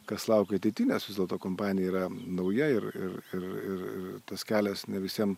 kas laukia ateityje nes vis dėlto kompanija yra nauja ir ir ir ir tas kelias ne visiem